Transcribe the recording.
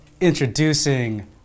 introducing